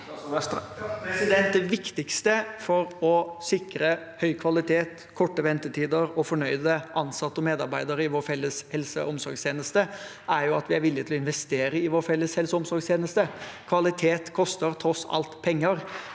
Det viktig- ste for å sikre høy kvalitet, korte ventetider og fornøyde ansatte og medarbeidere i vår felles helse- og omsorgstjeneste er at vi er villig til å investere i vår felles helseog omsorgstjeneste. Kvalitet koster tross alt penger,